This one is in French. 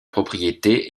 propriété